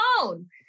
phone